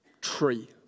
tree